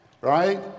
right